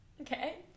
Okay